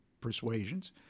persuasions